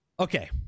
Okay